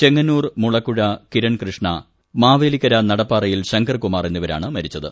ചെങ്ങന്നൂർ മുളക്കുഴ കിരൺ കൃഷ്ണ മാവേലിക്കര നടപ്പാറയിൽ ശങ്കർകുമാർ എന്നിവരാണ് മരിച്ചത്